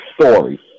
story